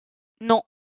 non